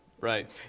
Right